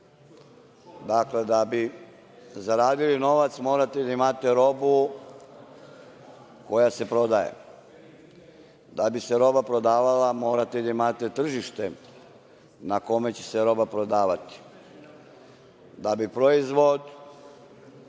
Dakle, da bi zaradili novac morate da imate robu koja se prodaje. Da bi se roba prodavala, morate da imate tržište na kome će se roba prodavati. Da bi proizvod